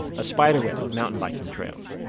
a spiderweb of mountain-biking trails.